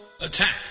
Attack